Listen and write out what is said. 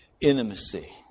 intimacy